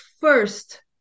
first